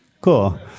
Cool